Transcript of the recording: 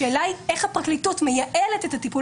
השאלה היא: איך הפרקליטות מייעלת את הטיפול